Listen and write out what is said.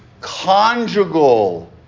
conjugal